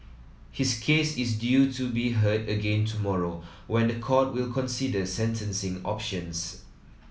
his case is due to be heard again tomorrow when the court will consider sentencing options